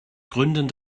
gründen